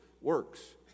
works